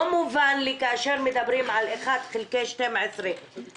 לא מובן לי, כאשר מדברים על 1/12, למה.